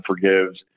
forgives